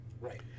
Right